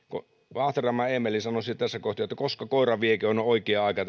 vaahteramäen eemeli sanoisi tässä kohti että koska koira vieköön on oikea aika